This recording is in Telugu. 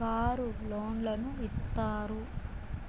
కారు లోన్లను ఇత్తారు